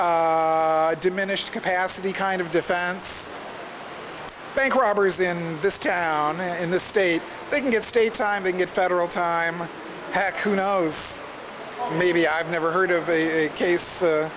diminished capacity kind of defense bank robberies in this town in the state they can get state's time to get federal time hack who knows maybe i've never heard of a case